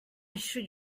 should